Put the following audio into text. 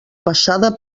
passada